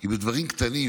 עם דברים קטנים.